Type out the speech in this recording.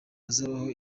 hazabaho